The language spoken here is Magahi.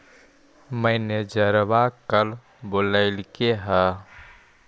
मैनेजरवा कल बोलैलके है?